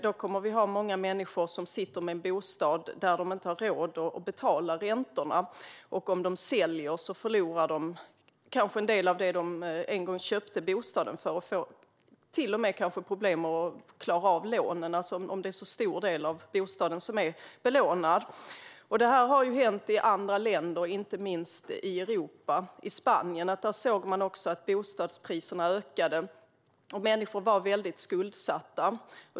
Då kommer många människor att sitta med en bostad som de inte har råd att betala räntorna på. Om de säljer förlorar de kanske en del av det som de en gång köpte bostaden för, och om en alltför stor del av bostaden är belånad kanske de till och med får problem att klara av lånen. Detta har hänt i andra länder, inte minst i Europa. I Spanien såg man att bostadspriserna ökade och att människor var väldigt skuldsatta.